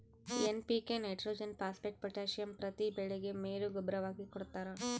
NPK nitrogen phosphate potassium ಪ್ರತಿ ಬೆಳೆಗೆ ಮೇಲು ಗೂಬ್ಬರವಾಗಿ ಕೊಡ್ತಾರ